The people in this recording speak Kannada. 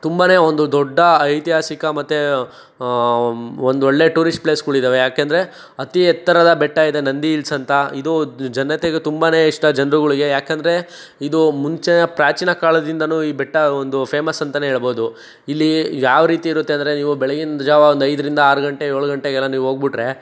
ತುಂಬನೇ ಒಂದು ದೊಡ್ಡ ಐತಿಹಾಸಿಕ ಮತ್ತೆ ಒಂದೊಳ್ಳೆ ಟೂರಿಸ್ಟ್ ಪ್ಲೇಸಸ್ಗಳಿದ್ದಾವೆ ಯಾಕೆಂದ್ರೆ ಅತೀ ಎತ್ತರದ ಬೆಟ್ಟ ಇದೆ ನಂದಿ ಹಿಲ್ಸ್ ಅಂತ ಇದು ಜನತೆಗೆ ತುಂಬನೇ ಇಷ್ಟ ಜನರುಗಳಿಗೆ ಯಾಕಂದ್ರೆ ಇದು ಮುಂಚೆ ಪ್ರಾಚೀನ ಕಾಲದಿಂದಲೂ ಈ ಬೆಟ್ಟ ಒಂದು ಫೇಮಸ್ ಅಂತಲೇ ಹೇಳಬಹುದು ಇಲ್ಲಿ ಯಾವ ರೀತಿ ಇರುತ್ತೆ ಅಂದರೆ ನೀವು ಬೆಳಗಿನ ಜಾವ ಒಂದು ಐದರಿಂದ ಆರು ಗಂಟೆ ಏಳು ಗಂಟೆಗೆಲ್ಲ ನೀವು ಹೋಗ್ಬಿಟ್ರೆ